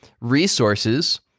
resources